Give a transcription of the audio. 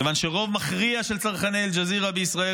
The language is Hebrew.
מכיוון שרוב מכריע של צרכני אל-ג'זירה בישראל